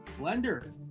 Blender